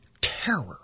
terror